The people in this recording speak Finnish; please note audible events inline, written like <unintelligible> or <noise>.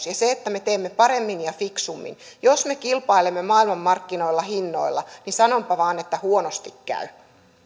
<unintelligible> ja se että me teemme paremmin ja fiksummin jos me kilpailemme maailmanmarkkinoilla hinnoilla niin sanonpa vain että huonosti käy